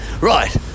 right